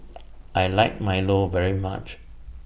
I like Milo very much